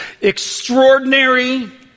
extraordinary